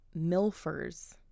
Milfers